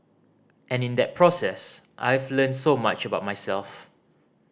and in that process I've learnt so much about myself